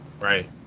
Right